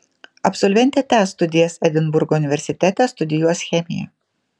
absolventė tęs studijas edinburgo universitete studijuos chemiją